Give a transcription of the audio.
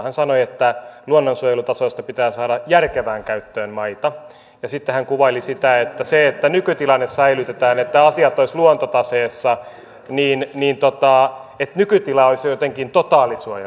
hän sanoi että luonnonsuojelutaseesta pitää saada järkevään käyttöön maita ja sitten hän kuvaili sitä että kun nykytilanne säilytetään että asiat olisivat luontotaseessa niin nykytila olisi jotenkin totaalisuojelu